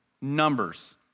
numbers